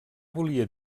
volia